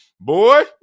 Boy